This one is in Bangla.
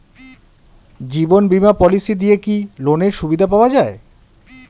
জীবন বীমা পলিসি দিয়ে কি লোনের সুবিধা পাওয়া যায়?